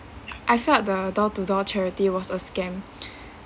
I felt the door to door charity was a scam